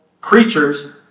creatures